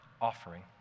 offering